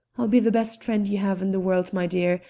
i'll be the best friend you have in the world, my dear,